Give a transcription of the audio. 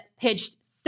pitched